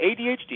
ADHD